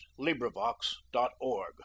LibriVox.org